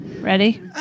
Ready